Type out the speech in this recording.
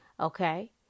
Okay